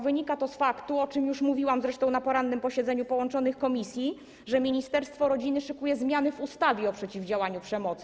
Wynika to z faktu, o czym już mówiłam na porannym posiedzeniu połączonych komisji, że ministerstwo rodziny szykuje zmiany w ustawie o przeciwdziałaniu przemocy.